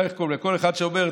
כל אחד שאומר,